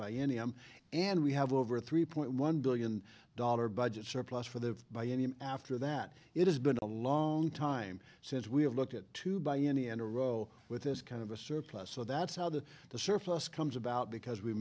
by any m and we have over three point one billion dollar budget surplus for the by any after that it has been a long time since we have looked at two by any in a row with this kind of a surplus so that's how the the surplus comes about because we